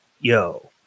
yo